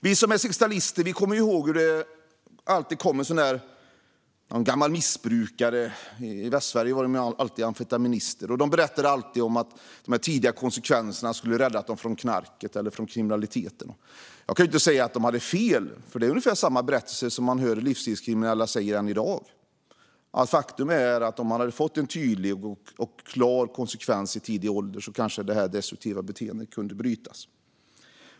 Vi som är 60-talister kommer ihåg att det alltid kom någon gammal missbrukare - i Västsverige var de alltid amfetaminister - och berättade att tidiga konsekvenser skulle ha räddat dem från knarket eller kriminaliteten. Jag kan inte säga att de hade fel. Det är ungefär samma berättelser som man hör från livsstilskriminella än i dag, att det är ett faktum att om de hade fått en tydlig och klar konsekvens i tidig ålder hade kanske deras destruktiva beteende kunnat brytas.